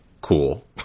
cool